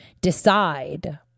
decide